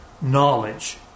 knowledge